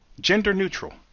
gender-neutral